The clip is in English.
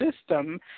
system